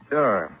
Sure